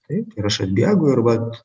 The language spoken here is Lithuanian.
taip ir aš atbėgu ir vat